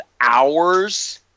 hours